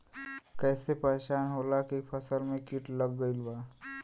कैसे पहचान होला की फसल में कीट लग गईल बा?